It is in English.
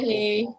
Hey